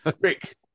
Rick